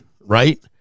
right